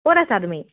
ক'ত আছা তুমি